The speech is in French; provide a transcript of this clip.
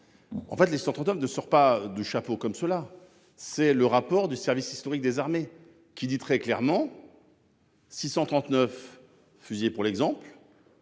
En fait, les 130 hommes ne sort pas du chapeau comme ceux-là, c'est le rapport du service historique des armées qui dit très clairement. 639 fusillés pour l'exemple.